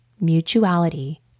mutuality